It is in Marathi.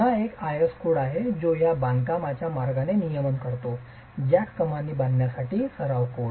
पुन्हा एक आयएस कोड आहे जो या बांधकामाच्या मार्गाने नियमन करतो जॅक कमानी बांधकामासाठी सराव कोड